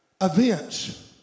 events